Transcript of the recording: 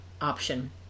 option